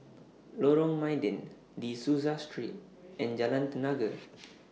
Lorong Mydin De Souza Street and Jalan Tenaga